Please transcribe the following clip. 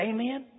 Amen